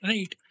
Right